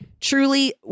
Truly